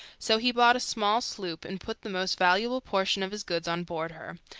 so he bought a small sloop and put the most valuable portion of his goods on board her,